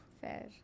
Fair